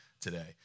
today